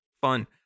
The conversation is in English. Fun